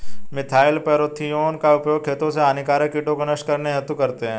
methyl parathion का उपयोग खेतों से हानिकारक कीटों को नष्ट करने हेतु करते है